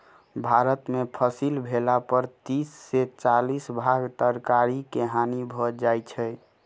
भारत में फसिल भेला पर तीस से चालीस भाग तरकारी के हानि भ जाइ छै